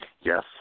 Yes